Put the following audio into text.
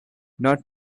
not